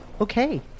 Okay